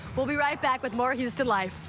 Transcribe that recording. we'll be right back with more houston life.